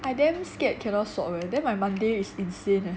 I damn scared cannot swap leh then my monday is insane leh